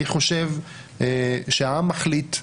אני חושב שהעם מחליט,